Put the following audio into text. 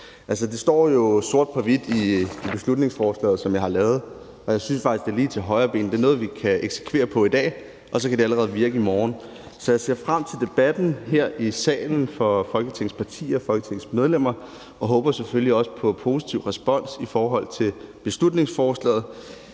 Det står sort på hvidt i beslutningsforslaget, som jeg har lavet, og jeg synes faktisk, det er lige til højrebenet, og det er noget, vi kan eksekvere på i dag, og så kan det allerede virke i morgen. Så jeg ser frem til debatten her i salen for Folketingets partier, Folketingets medlemmer, og jeg håber selvfølgelig også på positiv respons i forhold til beslutningsforslaget.